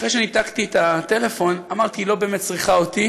אחרי שניתקתי את הטלפון אמרתי: היא לא באמת צריכה אותי,